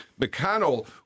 McConnell